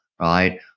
right